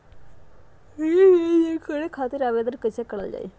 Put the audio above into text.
ऋण लेनदेन करे खातीर आवेदन कइसे करल जाई?